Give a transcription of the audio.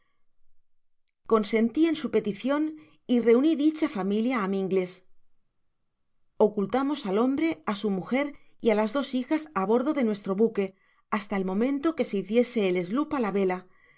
consenti en su peticion y reuni dicha familia á mi inglés ocultamos al hombre á su mujer y á las dos hijas á bordo de nuestro buque hasta el momento que se hu ciese el sloop á la vela